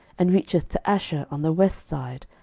and reacheth to asher on the west side,